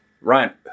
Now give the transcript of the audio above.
Ryan